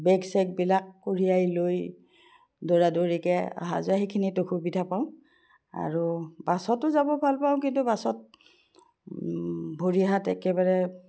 বেগ চেগবিলাক কঢ়িয়াই লৈ দৌৰা দৌৰিকৈ অহা যোৱা সেইখিনিত অসুবিধা পাওঁ আৰু বাছতো যাব ভালপাওঁ কিন্তু বাছত ভৰি হাত একেবাৰে